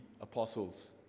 Apostles